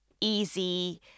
easy